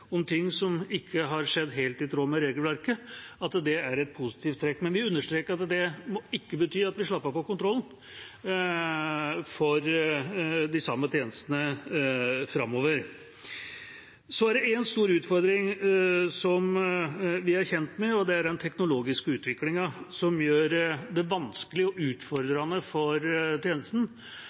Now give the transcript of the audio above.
om ting som ikke har skjedd helt i tråd med regelverket. Men jeg vil understreke at det ikke må bety at vi slapper av når det gjelder kontrollen av de samme tjenestene framover. En stor utfordring som vi er kjent med, er den teknologiske utviklingen, som gjør det vanskelig og utfordrende